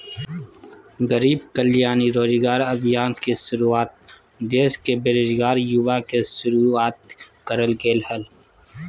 गरीब कल्याण रोजगार अभियान के शुरुआत देश के बेरोजगार युवा ले शुरुआत करल गेलय हल